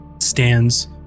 stands